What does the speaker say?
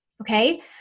okay